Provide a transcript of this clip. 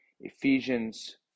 Ephesians